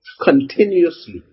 Continuously